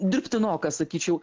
dirbtinokas sakyčiau